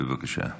בבקשה.